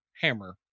hammer